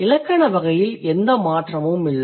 இலக்கண வகையில் எந்த மாற்றமும் இல்லை